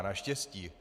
Naštěstí.